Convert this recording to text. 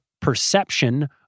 perception